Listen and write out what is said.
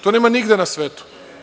To nema nigde na svetu.